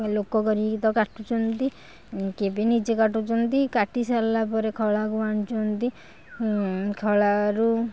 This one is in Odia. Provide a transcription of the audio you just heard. ଲୋକ କରିକି ତ କାଟୁଛନ୍ତି କେବେ ନିଜେ କାଟୁଛନ୍ତି କାଟି ସାରିଲା ପରେ ଖଳାକୁ ଆଣୁଛନ୍ତି ଖଳାରୁ